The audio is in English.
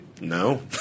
No